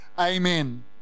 amen